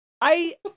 I-